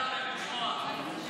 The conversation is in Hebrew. איפה אמסלם, לשמוע.